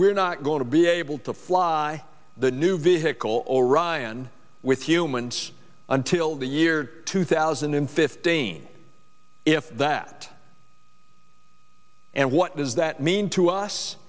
we're not going to be able to fly the new vehicle all ryann with humans until the year two thousand and fifteen if that and what does that mean to us